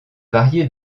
varier